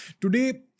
Today